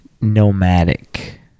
nomadic